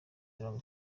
mirongo